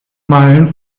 meilen